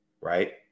right